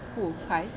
who kai